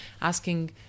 asking